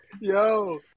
Yo